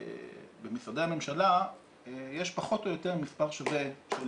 במשרדי הממשלה יש פחות או יותר מספר שווה של